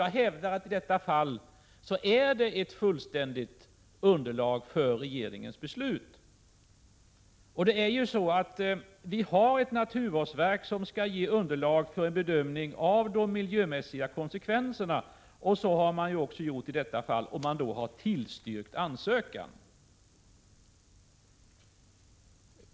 Jag hävdar att det i detta fall föreligger ett fullständigt underlag för regeringens beslut. Vi har ett naturvårdsverk som skall ge underlag för bedömningar av de miljömässiga konsekvenserna. Så har också skett i detta fall, och naturvårdsverket har tillstyrkt ansökan.